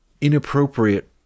inappropriate